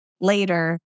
later